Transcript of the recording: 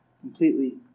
completely